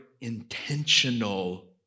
intentional